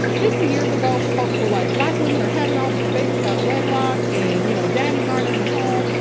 fifty years ago, folks were like, black women are having all these babies out of wedlock and you know daddies aren't' in the home.